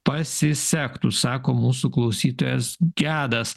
pasisektų sako mūsų klausytojas gedas